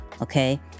Okay